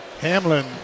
Hamlin